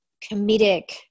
comedic